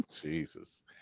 Jesus